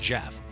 Jeff